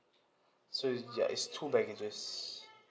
so it's ya it's two baggages